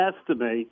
estimate